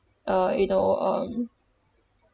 uh you know um